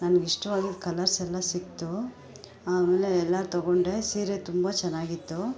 ನನ್ಗೆ ಇಷ್ಟವಾಗಿದ್ದ ಕಲರ್ಸೆಲ್ಲ ಸಿಕ್ತು ಆಮೇಲೆ ಎಲ್ಲ ತೊಗೊಂಡೆ ಸೀರೆ ತುಂಬ ಚೆನಾಗಿತ್ತು